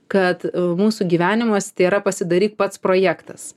kad mūsų gyvenimas tėra pasidaryk pats projektas